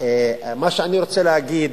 מה שאני רוצה להגיד,